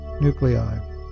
nuclei